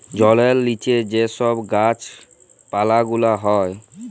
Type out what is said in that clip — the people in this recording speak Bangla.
জলের লিচে যে ছব গাহাচ পালা গুলা হ্যয়